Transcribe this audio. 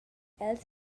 els